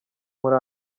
muri